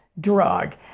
drug